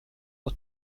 for